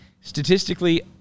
statistically